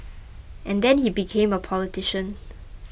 and then he became a politician